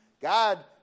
God